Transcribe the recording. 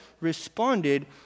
responded